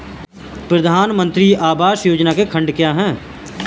प्रधानमंत्री आवास योजना के खंड क्या हैं?